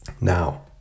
now